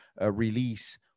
release